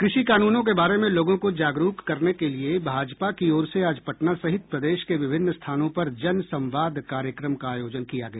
कृषि कानूनों के बारे में लोगों को जागरूक करने के लिये भाजपा की ओर से आज पटना सहित प्रदेश के विभिन्न स्थानों पर जन संवाद कार्यक्रम का आयोजन किया गया